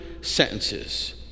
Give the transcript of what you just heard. sentences